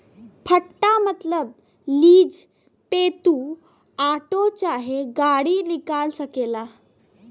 पट्टा मतबल लीज पे तू आटो चाहे गाड़ी निकाल सकेला